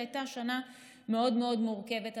זו הייתה שנה מאוד מאוד מורכבת,